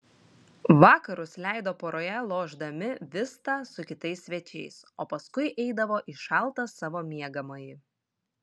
vakarus leido poroje lošdami vistą su kitais svečiais o paskui eidavo į šaltą savo miegamąjį